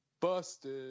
Busted